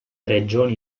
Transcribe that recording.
regioni